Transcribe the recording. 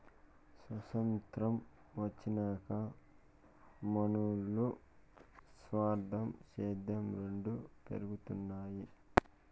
సొతంత్రం వచ్చినాక మనునుల్ల స్వార్థం, సేద్యం రెండు పెరగతన్నాయి